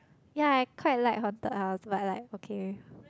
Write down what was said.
yea I quite like haunted house but like okay